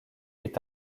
est